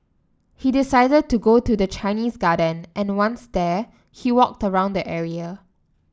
he decided to go to the Chinese Garden and once there he walked around the area